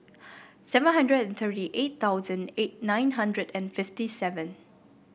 seven hundred and thirty eight thousand eight nine hundred and fifty seven